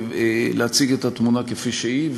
להציג את התמונה כפי שהיא.